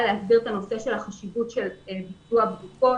להסביר את החשיבות של ביצוע בדיקות.